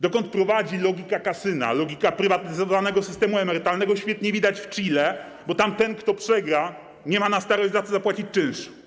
Dokąd prowadzi logika kasyna, logika prywatyzowanego systemu emerytalnego, świetnie widać w Chile, bo tam ten, kto przegra, nie ma na starość z czego zapłacić czynszu.